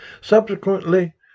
Subsequently